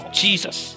jesus